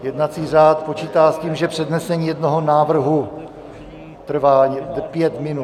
Jednací řád počítá s tím, že přednesení jednoho návrhu trvá pět minut.